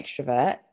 extrovert